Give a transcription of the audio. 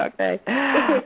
okay